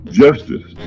justice